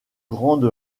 grande